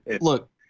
Look